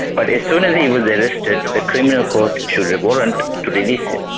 but as soon as he was arrested, the criminal court issued a warrant to release him.